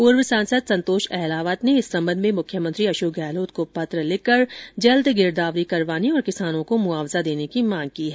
पूर्व सांसद संतोष अहलावत ने इस संबंध में मुख्यमंत्री अशोक गहलोत को पत्र लिखकर जल्द गिरदावरी करवाने और किसानो को मुआवजा देने की मांग की है